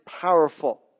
powerful